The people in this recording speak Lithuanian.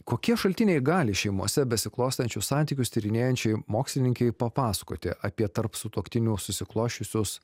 kokie šaltiniai gali šeimose besiklostančius santykius tyrinėjančiai mokslininkei papasakoti apie tarp sutuoktinių susiklosčiusius